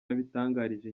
yabitangarije